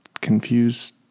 confuse